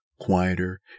quieter